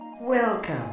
Welcome